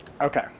Okay